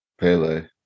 Pele